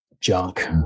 junk